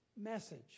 message